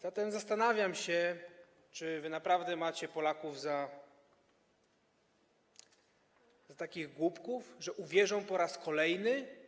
Zatem zastanawiam się, czy wy naprawdę macie Polaków za takich głupków, że uwierzą po raz kolejny.